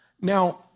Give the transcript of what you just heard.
Now